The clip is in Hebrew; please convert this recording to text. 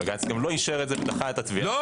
בג"ץ גם לא אישר את זה ודחה את התביעה הזאת.